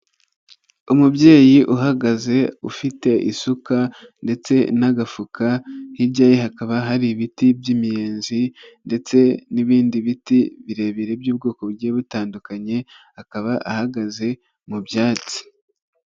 Umubyeyi uhagaze ufite isuka ndetse n'agafuka ,hirya ye hakaba hari ibiti by'imiyenzi ndetse n'ibindi biti birebire by'ubwoko bugiye butandukanye, akaba ahagaze mu byatsi.